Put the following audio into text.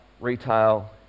retail